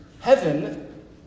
Heaven